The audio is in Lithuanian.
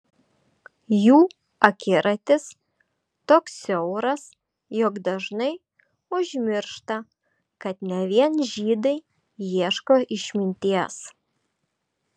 jų akiratis toks siauras jog dažnai užmiršta kad ne vien žydai ieško išminties